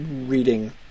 Reading